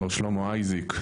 מר שלמה אייזיק,